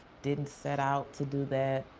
didn't set out to do that.